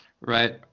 Right